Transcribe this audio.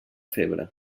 febre